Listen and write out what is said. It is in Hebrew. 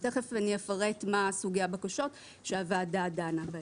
תיכף אני אפרט מה הסוגייה והבקשות שהוועדה דנה בהם.